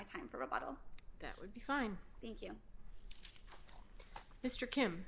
time for a bottle that would be fine thank you mr kim